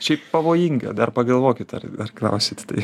šiaip pavojinga dar pagalvokit ar ar klausit tai